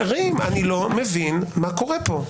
חברים, אני לא מבין מה קורה פה.